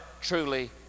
truly